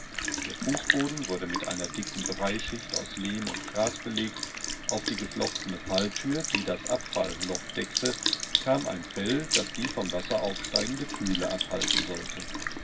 der fußboden wurde mit einer dicken breischicht aus lehm und gras belegt auf die geflochtene falltür die das abfall loch deckte kam ein fell das die vom wasser aufsteigende kühle abhalten sollte